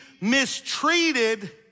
mistreated